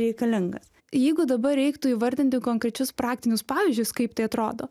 reikalingas jeigu dabar reiktų įvardinti konkrečius praktinius pavyzdžius kaip tai atrodo